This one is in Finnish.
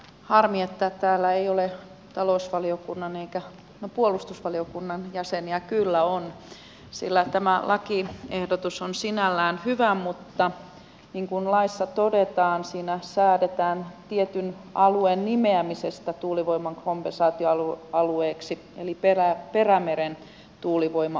harmi että täällä ei ole talousvaliokunnan jäseniä no puolustusvaliokunnan jäseniä kyllä on sillä tämä lakiehdotus on sinällään hyvä mutta niin kuin laissa todetaan siinä säädetään tietyn alueen nimeämisestä tuulivoiman kompensaatioalueeksi eli perämeren tuulivoima alueen